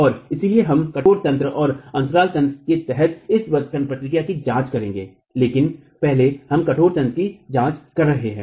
और इसलिए हम कठोर तंत्र और अंतराल तंत्र के तहत इस व्रत खंड प्रतिक्रिया की जांच करेंगे लेकिन पहले हम कठोर तंत्र की जांच कर रहे हैं